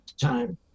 time